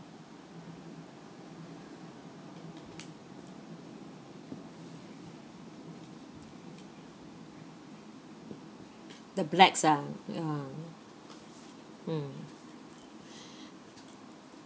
the blacks ah ya mm